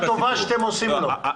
מה הטובה שאתם עושים פה?